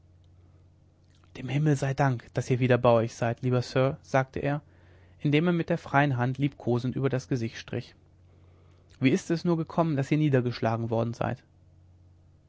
dem himmel sei dank daß ihr wieder bei euch seid lieber sir sagte er indem er mir mit der freien hand liebkosend über das gesicht strich wie ist es nur gekommen daß ihr niedergeschlagen worden seid